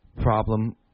problem